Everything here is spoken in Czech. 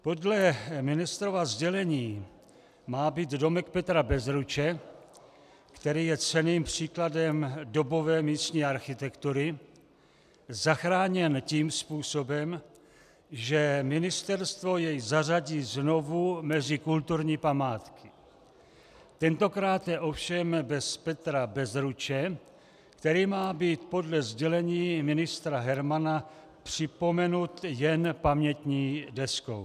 Podle ministrova sdělení má být domek Petra Bezruče, který je cenným příkladem dobové místní architektury, zachráněn tím způsobem, že ministerstvo jej zařadí znovu mezi kulturní památky, tentokráte ovšem bez Petra Bezruče, který má být podle sdělení ministra Hermana připomenut jen pamětní deskou.